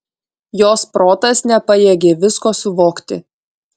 jos protas nepajėgė visko suvokti